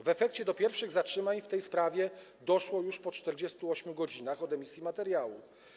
W efekcie do pierwszych zatrzymań w tej sprawie doszło już po 48 godzinach od emisji materiału.